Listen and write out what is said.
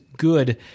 good